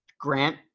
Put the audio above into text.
grant